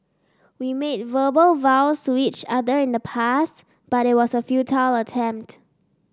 we made verbal vows to each other in the past but it was a futile attempt